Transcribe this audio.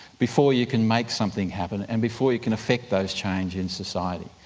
before you can make something happen and before you can affect those changes in society.